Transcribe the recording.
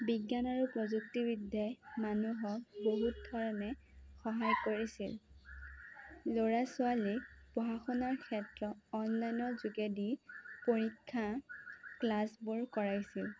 বিজ্ঞান আৰু প্ৰযুক্তিবিদ্যাই মানুহক বহুত ধৰণে সহায় কৰিছে ল'ৰাছোৱালীৰ পঢ়া শুনাৰ ক্ষেত্ৰত অনলাইনৰ যোগেদি পৰীক্ষা ক্লাছবোৰ কৰাইছে